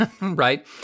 Right